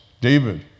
David